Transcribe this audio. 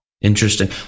Interesting